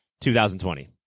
2020